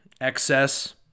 excess